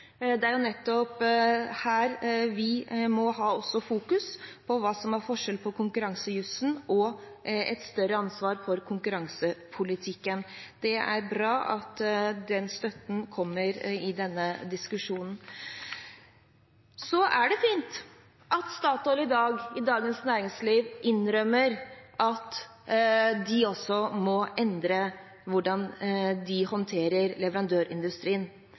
Det er jo nettopp her vi må ha fokus også, på hva som er forskjellen på konkurransejusen og et større ansvar for konkurransepolitikken. Det er bra at den støtten kommer i denne diskusjonen. Så er det fint at Statoil i dag i Dagens Næringsliv innrømmer at de også må endre hvordan de håndterer leverandørindustrien.